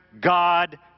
God